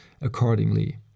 accordingly